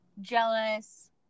jealous